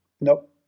nope